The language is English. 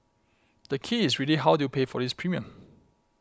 the key is really how do you pay for this premium